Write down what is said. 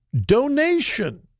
donation